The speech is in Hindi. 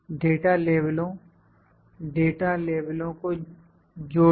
डाटा लेबलो डाटा लेबलो को जोड़िए